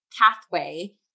pathway